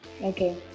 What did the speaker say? okay